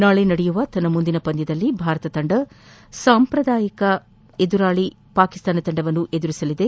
ನಾಳೆ ನಡೆಯಲಿರುವ ತನ್ನ ಮುಂದಿನ ಪಂದ್ಯದಲ್ಲಿ ಭಾರತ ತಂಡ ಸಾಂಪ್ರದಾಯಿಕ ಎದುರಾಳಿ ಪಾಕಿಸ್ತಾನ ತಂಡವನ್ನು ಎದುರಿಸಲಿದೆ